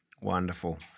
Wonderful